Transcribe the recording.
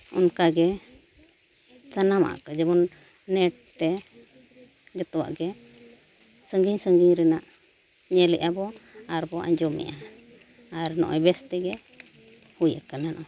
ᱚᱱᱠᱟᱜᱮ ᱥᱟᱱᱟᱢᱟᱜ ᱠᱚ ᱡᱮᱢᱚᱱ ᱛᱮ ᱡᱚᱛᱚᱣᱟᱜ ᱜᱮ ᱥᱟᱺᱜᱤᱧ ᱥᱟᱺᱜᱤᱧ ᱨᱮᱱᱟᱜ ᱧᱮᱞ ᱮᱫᱟᱵᱚ ᱟᱨᱵᱚ ᱟᱸᱡᱚᱢᱮᱫᱼᱟ ᱟᱨ ᱱᱚᱜᱼᱚᱭ ᱵᱮᱥᱛᱮᱜᱮ ᱦᱩᱭ ᱟᱠᱟᱱᱟ